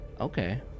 okay